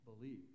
believe